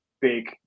big